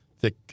thick